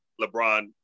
LeBron